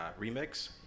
remix